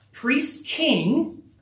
Priest-King